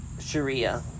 Sharia